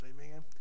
Amen